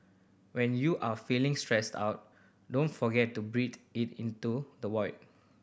when you are feeling stressed out don't forget to breathe it into the void